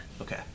Okay